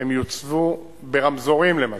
יוצבו ברמזורים, למשל,